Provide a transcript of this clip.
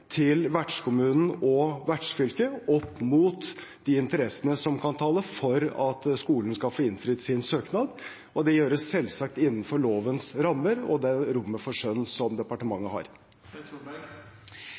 til vertskommunen og vertsfylket mot de interessene som kan tale for at skolen skal få innfridd sin søknad. Det gjøres selvsagt innenfor lovens rammer, og det rommet for skjønn som